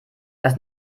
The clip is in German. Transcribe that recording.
das